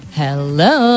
hello